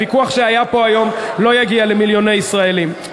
הוויכוח שהיה פה היום לא יגיע למיליוני ישראלים.